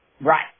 Right